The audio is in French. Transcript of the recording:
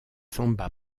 samba